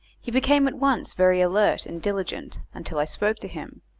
he became at once very alert and diligent until i spoke to him,